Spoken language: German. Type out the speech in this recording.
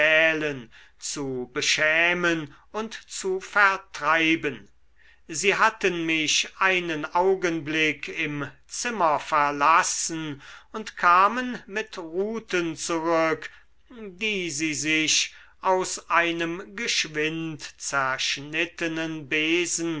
zu beschämen und zu vertreiben sie hatten mich einen augenblick im zimmer verlassen und kamen mit ruten zurück die sie sich aus einem geschwind zerschnittenen besen